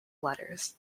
letters